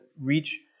reach